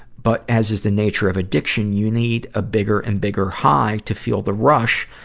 but, as is the nature of addiction, you need a bigger and bigger high to feel the rush,